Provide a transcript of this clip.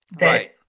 Right